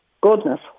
goodness